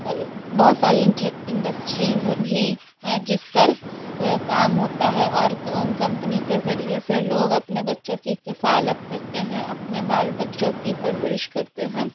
بہت ساری انڈسٹریز بھی ہیں جس پر کام ہوتا ہے اور ان کمپنیوں کے ذریعے سے لوگ اپنے بچوں کی کفالت کرتے ہیں اپنے بال بچوں کی پرورش کرتے ہیں